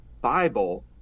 Bible